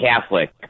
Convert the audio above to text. catholic